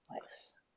Nice